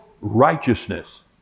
righteousness